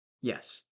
Yes